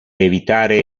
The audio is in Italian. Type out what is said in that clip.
evitare